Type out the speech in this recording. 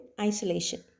isolation